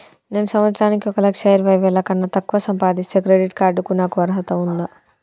నేను సంవత్సరానికి ఒక లక్ష ఇరవై వేల కన్నా తక్కువ సంపాదిస్తే క్రెడిట్ కార్డ్ కు నాకు అర్హత ఉందా?